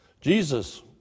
Jesus